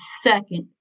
second